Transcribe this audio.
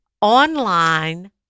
online